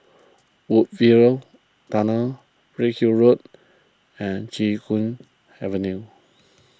Woodsville Tunnel Redhill Road and Chee Hoon Avenue